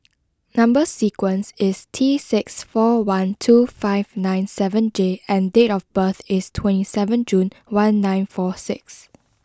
number sequence is T six four one two five nine seven J and date of birth is twenty seven June one nine four six